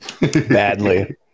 Badly